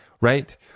right